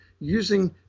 using